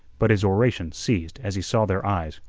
but his oration ceased as he saw their eyes,